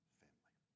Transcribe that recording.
family